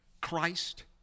Christ